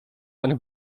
eine